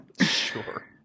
Sure